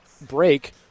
break